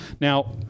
now